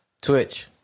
Twitch